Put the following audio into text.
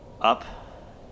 up